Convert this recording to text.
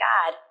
God